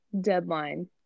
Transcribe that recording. deadline